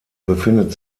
befindet